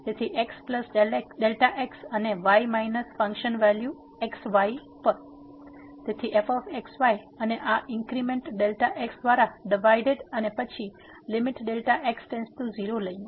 તેથી xΔx અને y minus function value x y પર તેથી f x y અને આ ઇન્ક્રીમેન્ટ Δx દ્વારા ડિવાઈડેડ અને પછી x→0 લઈને